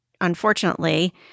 unfortunately